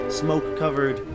smoke-covered